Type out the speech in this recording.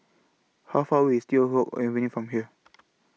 How Far away IS Teow Hock Avenue from here